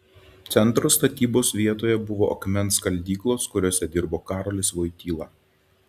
centro statybos vietoje buvo akmens skaldyklos kuriose dirbo karolis vojtyla